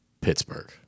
Pittsburgh